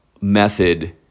method